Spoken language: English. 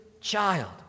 child